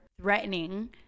threatening